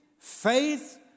faith